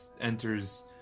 enters